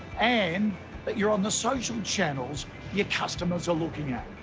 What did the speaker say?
and that you're on the social channels your customers are looking at.